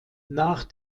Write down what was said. nach